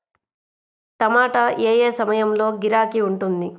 టమాటా ఏ ఏ సమయంలో గిరాకీ ఉంటుంది?